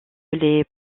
les